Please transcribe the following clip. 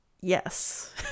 yes